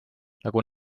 nagu